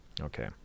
Okay